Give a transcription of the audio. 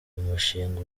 mushinga